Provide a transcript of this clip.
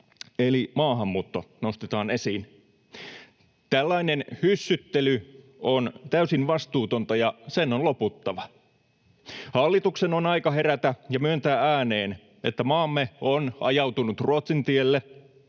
eli maahanmuutto nostetaan esiin. Tällainen hyssyttely on täysin vastuutonta, ja sen on loputtava. Hallituksen on aika herätä ja myöntää ääneen, että maamme on ajautunut Ruotsin tielle.